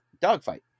dogfight